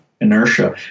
inertia